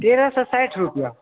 तेरह सओ साठि रुपैआ